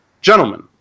Gentlemen